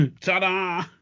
Ta-da